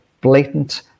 blatant